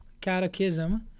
Catechism